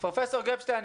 פרופסור גפשטיין,